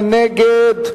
מי נגד?